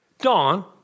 Dawn